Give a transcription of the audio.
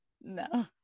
No